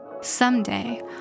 Someday